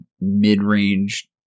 mid-range